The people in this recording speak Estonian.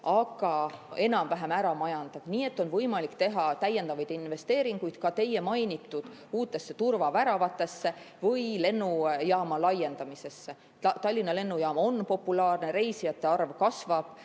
aga enam-vähem majandab ära. Nii et on võimalik teha täiendavaid investeeringuid ka teie mainitud uutesse turvaväravatesse või lennujaama laiendamisse. Tallinna Lennujaam on populaarne, reisijate arv kasvab.